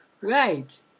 Right